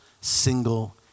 single